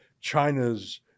China's